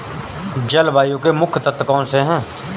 जलवायु के मुख्य तत्व कौनसे हैं?